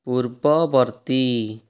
ପୂର୍ବବର୍ତ୍ତୀ